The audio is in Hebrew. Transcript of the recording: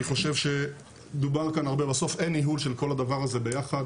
אני חושב שדובר כאן הרבה אבל בסוף אין ניהול של כל הדבר הזה ביחד.